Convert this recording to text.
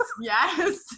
Yes